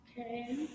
Okay